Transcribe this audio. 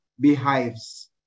beehives